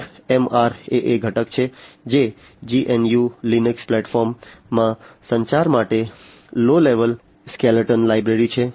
એક MRAA ઘટક છે જે GNU Linux પ્લેટફોર્મમાં સંચાર માટે લો લેવલ સ્કેળેટોન લાઇબ્રેરી છે